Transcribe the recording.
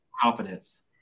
Confidence